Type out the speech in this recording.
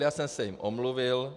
Já jsem se jim omluvil.